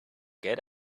get